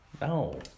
No